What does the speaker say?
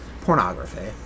Pornography